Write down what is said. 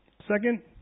Second